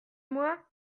moi